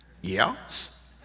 Yes